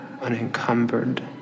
unencumbered